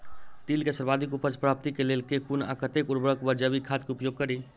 तिल केँ सर्वाधिक उपज प्राप्ति केँ लेल केँ कुन आ कतेक उर्वरक वा जैविक खाद केँ उपयोग करि?